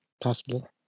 possible